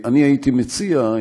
אני הייתי מציע,